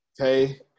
Okay